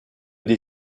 des